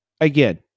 again